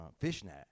Fishnet